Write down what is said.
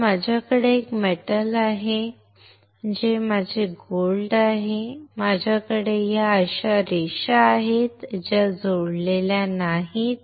तर माझ्याकडे एक मेटल आहे जो माझे सोने आहे माझ्याकडे या अशा रेषा आहेत ज्या जोडलेल्या नाहीत